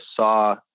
saw